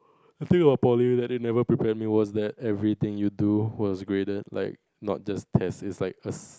the thing about poly that they never prepared me was that everything you do was graded like not just tests its like a